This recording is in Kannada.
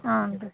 ಆಂ ಹೌದ್